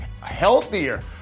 healthier